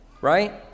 right